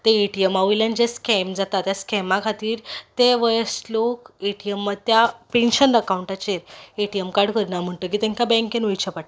ते एटीएमा वेल्यान जे स्केम जाता ते स्केमा खातीर ते वयस्क लोक ए टी एम त्या पेन्शन अकांवटाचेर ए टी एम कार्ड करना म्हणटकीर तांकां बँकेन वयचें पडटा